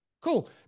Cool